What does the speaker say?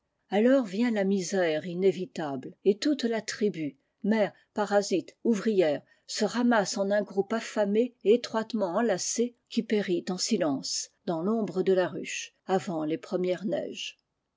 alors vient la misère inévitable et toute la tribu mère parasites ouvrières se ramasse en un groupe affamé et étroitement enlacé qui périt en silence dans l'ombre de la ruche avant les premières neiges